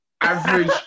Average